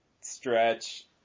stretch